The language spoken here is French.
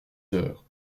heures